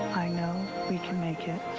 i know we can make it.